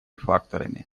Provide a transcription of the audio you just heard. факторами